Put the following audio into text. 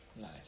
Nice